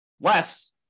less